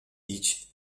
each